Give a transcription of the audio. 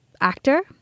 actor